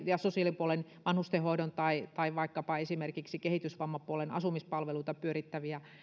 ja sosiaalipuolen vanhustenhoidon tai tai esimerkiksi kehitysvammapuolen asumispalveluita pyörittäviä